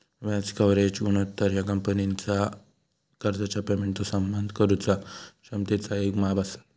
व्याज कव्हरेज गुणोत्तर ह्या कंपनीचा कर्जाच्या पेमेंटचो सन्मान करुचा क्षमतेचा येक माप असा